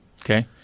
Okay